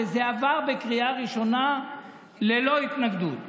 וזה עבר בקריאה ראשונה ללא התנגדות.